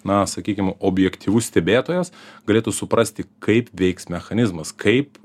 na sakykim objektyvus stebėtojas galėtų suprasti kaip veiks mechanizmas kaip